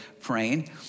praying